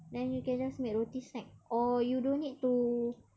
then you can just make roti snack or you don't need to